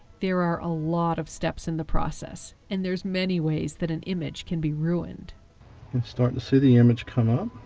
there are a lot of steps in the process, and there's many ways that an image can be ruined. you can start to see the image come up.